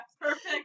Perfect